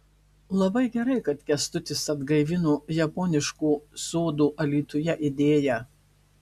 labai gerai kad kęstutis atgaivino japoniško sodo alytuje idėją